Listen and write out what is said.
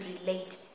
relate